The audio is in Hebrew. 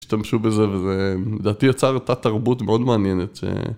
שהשתמשו בזה וזה דעתי יצר תת התרבות מאוד מעניינת